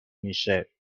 میشه